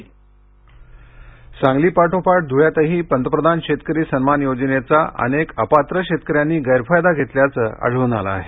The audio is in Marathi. लाभार्थी नोटीस सांगली पाठोपाठ ध्रळ्यातही पंतप्रधान शेतकरी सन्मान योजनेचा अनेक अपात्र शेतकर्यांठनी गैरफायदा घेतल्याचं आढळून आलं आहे